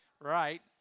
right